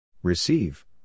Receive